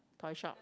toy shop